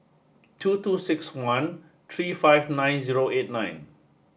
two two six one three five nine zero eight nine